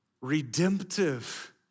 redemptive